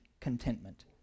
contentment